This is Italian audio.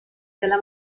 della